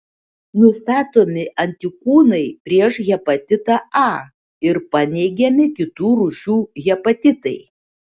nustatomi antikūnai prieš hepatitą a ir paneigiami kitų rūšių hepatitai